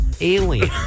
alien